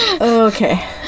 Okay